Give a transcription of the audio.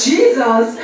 Jesus